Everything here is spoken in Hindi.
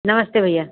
नमस्ते भैया